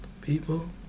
people